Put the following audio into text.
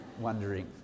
wondering